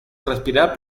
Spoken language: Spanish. respirar